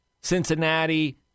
Cincinnati